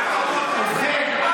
כועסים?